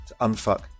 unfuck